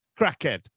Crackhead